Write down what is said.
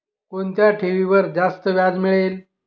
कोणत्या ठेवीवर जास्त व्याज मिळेल?